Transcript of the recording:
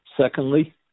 Secondly